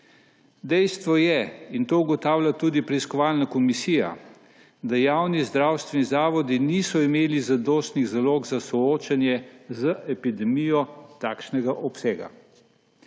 Dejstvo je, in to ugotavlja tudi preiskovalna komisija, da javni zdravstveni zavodi niso imeli zadostnih zalog za soočenje z epidemijo takšnega obsega.